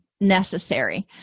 necessary